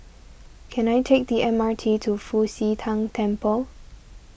can I take the M R T to Fu Xi Tang Temple